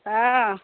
हँ